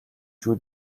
шүү